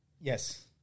yes